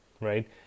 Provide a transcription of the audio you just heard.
right